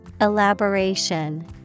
Elaboration